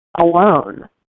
alone